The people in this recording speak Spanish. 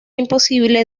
imposible